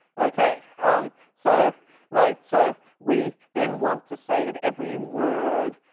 okay. um, so right so we then want to say that every word